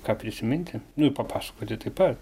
ką prisiminti papasakoti taip pat